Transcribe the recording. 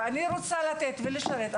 ואני רוצה לתת ולשרת,